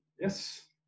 Yes